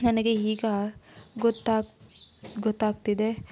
ನನಗೆ ಈಗ ಗೊತ್ತಾಗ್ ಗೊತ್ತಾಗ್ತಿದೆ